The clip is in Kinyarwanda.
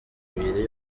ebyiri